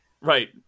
Right